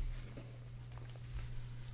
Gadkari Rajasthan